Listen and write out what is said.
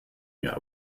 mir